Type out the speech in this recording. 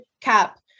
cap